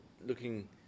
looking